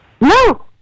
No